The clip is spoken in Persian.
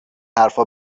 حرفا